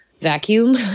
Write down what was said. vacuum